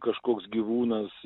kažkoks gyvūnas